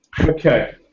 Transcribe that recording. Okay